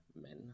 men